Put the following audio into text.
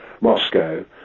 Moscow